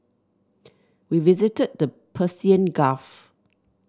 we visited the Persian Gulf